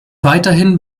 weiterhin